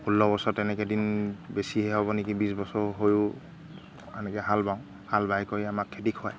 ষোল্ল বছৰ তেনেকৈ দিন বেছিহে হ'ব নেকি বিছ বছৰ হৈও তেনেকৈ হাল বাওঁ হাল বাই কৰি আমাক খেতি খুৱায়